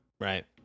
Right